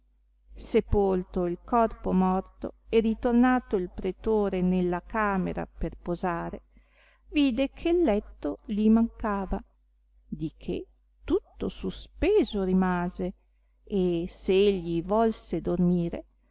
sepolto il corpo morto e ritornato il pretore nella camera per posare vide che il letto li mancava di che tutto suspeso rimase e se egli volse dormire